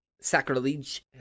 Sacrilege